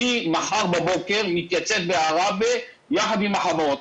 מחר בבוקר אני מתייצב בעראבה יחד עם החברות.